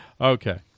Okay